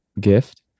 gift